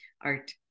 Art